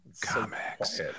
Comics